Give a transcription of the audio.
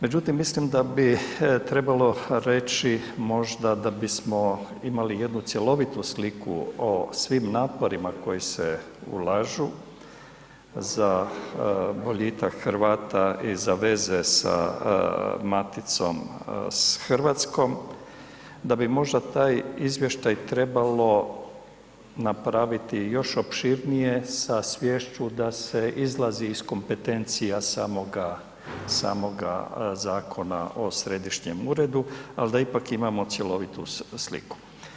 Međutim, mislim da bi trebalo reći možda da bismo imali jednu cjelovitu sliku o svim naporima koji se ulažu za boljitak Hrvata i za veze sa maticom s Hrvatskom, da bi možda taj izvještaj trebalo napraviti još opširnije sa sviješću da se izlazi iz kompetencija samoga Zakona o središnjem uredu, ali da ipak imamo cjelovitu sliku.